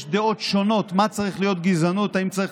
יש דעות שונות מה צריך להיות בגזענות האם צריך